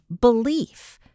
belief